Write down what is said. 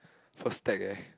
first stack eh